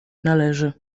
należy